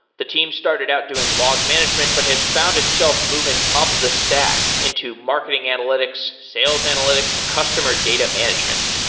the team started out doing log management but has found itself moving up the stack into marketing analytics, sales analytics and customer data management.